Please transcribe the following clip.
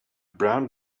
brown